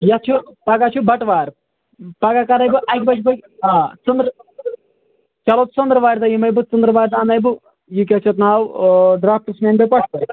یَتھ چھُ پَگاہ چھِ بٹوار پَگاہ کَرے بہٕ اَکہِ بجہِ بٲگۍ آ ژٔنٛدر چَلو ژٔنٛدروارِ دۄہ یِمے بہٕ ژٔنٛدروارِ دۄہ اَنے بہٕ یہِ کیٛاہ چھُ ناو ڈرٛافٹٕس مین بیٚیہِ پٹھوٲرۍ